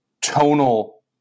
tonal